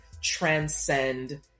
transcend